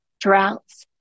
droughts